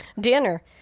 Dinner